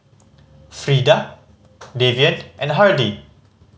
Freeda Davian and Hardy